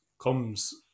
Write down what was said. comes